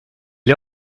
est